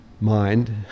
mind